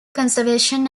conservation